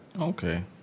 okay